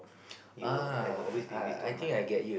you'll there will always be ways to earn money